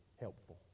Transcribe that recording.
helpful